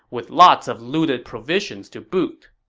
with lots of looted provisions to boot.